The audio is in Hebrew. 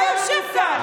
מירב, אל תטיפו לנו מוסר.